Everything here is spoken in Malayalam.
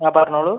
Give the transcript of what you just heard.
ആ പറഞ്ഞോളൂ